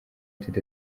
united